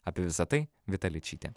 apie visa tai vita ličytė